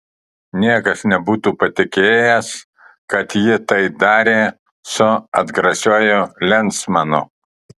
niekas nebūtų patikėjęs kad ji tai darė su atgrasiuoju lensmanu